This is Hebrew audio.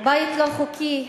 בית לא חוקי,